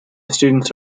students